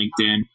LinkedIn